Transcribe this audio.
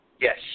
Yes